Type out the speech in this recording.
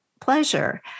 pleasure